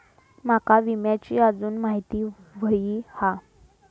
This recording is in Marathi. माका विम्याची आजून माहिती व्हयी हा?